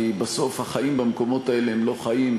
כי בסוף החיים במקומות האלה הם לא חיים,